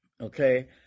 Okay